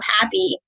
happy